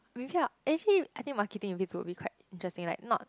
maybe i'll eh actually I think marketing in biz will be quite interesting like not